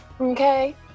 Okay